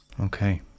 Okay